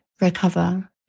recover